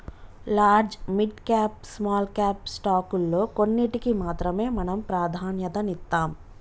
large, mid cap, small cap స్టాకుల్లో కొన్నిటికి మాత్రమే మనం ప్రాధన్యతనిత్తాం